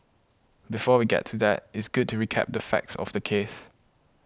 before we get to that it's good to recap the facts of the case